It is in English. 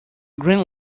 green